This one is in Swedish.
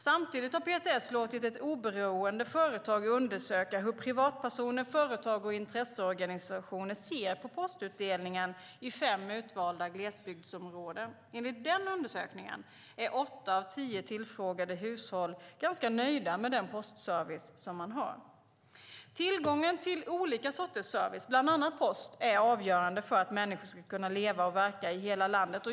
Samtidigt har PTS låtit ett oberoende företag undersöka hur privatpersoner, företag och intresseorganisationer ser på postutdelningen i fem utvalda glesbygdsområden. Enligt den undersökningen är åtta av tio tillfrågade hushåll ganska nöjda med den postservice de har. Tillgången till olika sorters service, bland annat post, är avgörande för att människor ska kunna leva och verka i hela landet.